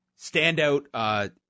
standout